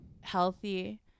healthy